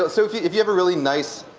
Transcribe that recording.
so if you if you have a really nice